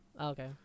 Okay